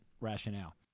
rationale